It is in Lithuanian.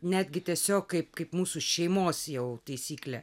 netgi tiesiog kaip kaip mūsų šeimos jau taisyklę